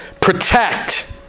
protect